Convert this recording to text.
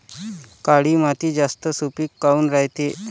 काळी माती जास्त सुपीक काऊन रायते?